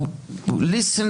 Pindrus,